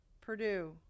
Purdue